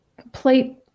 Complete